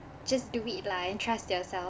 just do it lah and trust yourself